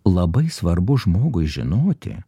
labai svarbu žmogui žinoti